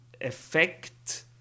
effect